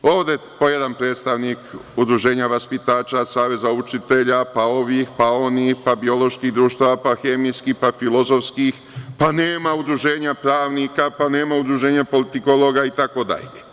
Ovde po jedan predstavnik, udruženja vaspitača, saveza učitelja, pa ovih, pa onih, pa bioloških društava, pa hemijskih, filozofskih, pa nema udruženja pravnika, pa nema udruženja politikologa, itd.